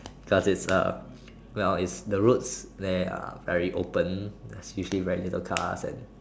cause it's a well its the routes there are very open there's very little car and